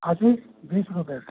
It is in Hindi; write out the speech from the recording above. हाँ जी बीस रुपये